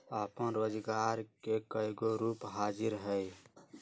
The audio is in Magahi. अप्पन रोजगार के कयगो रूप हाजिर हइ